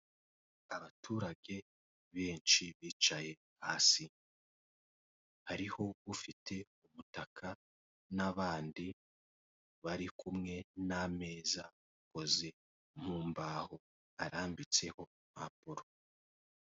Abaturage benshi bicaye hasi, hariho ufite umutaka n'abandi bari kumwe n'ameza, akozwe mu mbahoho arambitseho impapuro.